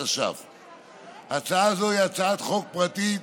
התש"ף 2020. הצעה זו היא הצעת חוק פרטית